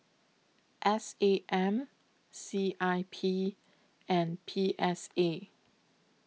S A M C I P and P S A